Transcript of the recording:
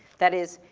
that is,